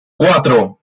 cuatro